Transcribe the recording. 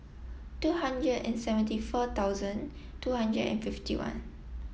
two hundred and seventy four thousand two hundred and fifty one